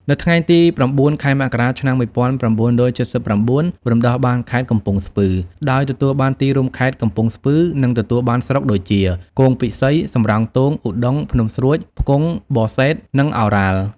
នៅថ្ងៃទី ០៩ ខែមករា ឆ្នាំ ១៩៧៩ រំដោះបានខេត្តកំពង់ស្ពឺ ដោយទទួលបានទីរួមខេត្ត កំពង់ស្ពឺ និងទទួលបានស្រុកដូចជា គងពិសី សំរោងទង ឧដុង្គ ភ្នំស្រួច ផ្គង់ បសេដ្ឋ និងឱរ៉ាល់។